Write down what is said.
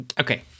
Okay